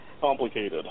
Complicated